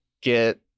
get